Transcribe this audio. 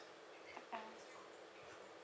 ah